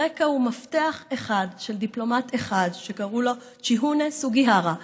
הרקע הוא מפתח אחד של דיפלומט אחד שקראו לו צ'יאונה סוגיהארה,